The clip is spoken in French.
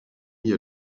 mis